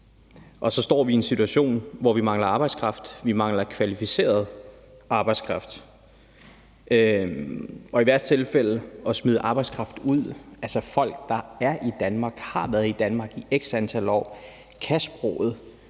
og så står vi en situation, hvor vi mangler arbejdskraft. Vi mangler kvalificeret arbejdskraft, og i værste tilfælde kan vi smide arbejdskraft ud, altså folk, der er i Danmark, har været i Danmark i x antal år og kan sproget.